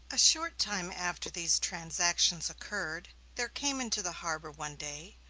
a short time after these transactions occurred, there came into the harbor one day,